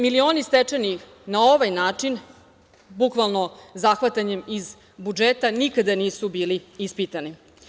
Milioni stečeni na ovaj način, bukvalno zahvatanjem iz budžeta nikada nisu bili ispitani.